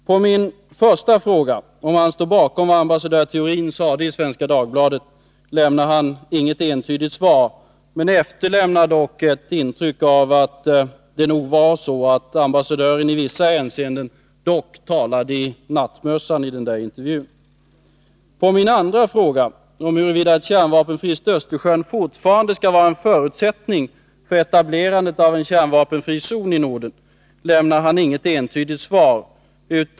På min första fråga, om han står bakom vad ambassadör Theorin sade i Svenska Dagbladet, lämnar han inget entydigt svar. Det efterlämnar dock ett intryck av att det nog var så att ambassadören i intervjun i vissa hänseenden talade i nattmössan. På min andra fråga, om huruvida ett kärnvapenfritt Östersjön fortfarande skall vara en förutsättning för etablerandet av en kärnvapenfri zon i Norden, lämnar han inget entydigt svar.